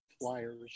flyers